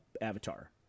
avatar